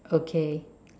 okay